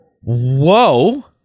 Whoa